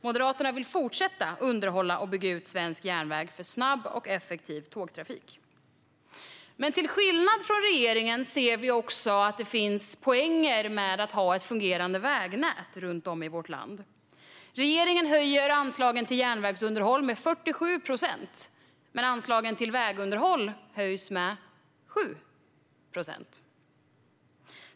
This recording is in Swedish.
Moderaterna vill fortsätta underhålla och bygga ut svensk järnväg för snabb och effektiv tågtrafik. Till skillnad från regeringen ser vi också att det finns poänger med ett fungerande vägnät runt om i vårt land. Regeringen höjer anslagen till järnvägsunderhållet med 47 procent, medan anslagen till vägunderhållet höjs med 7 procent.